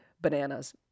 bananas